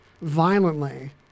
violently